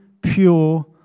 pure